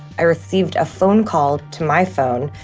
i received a phone call to my phone,